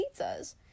pizzas